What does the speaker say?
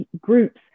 groups